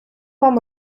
вам